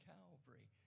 Calvary